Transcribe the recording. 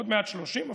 עוד מעט 30 אפילו,